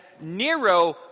Nero